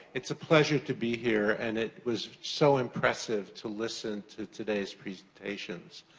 it's a pleasure to be here, and it was so impressive to listen to today's presentations.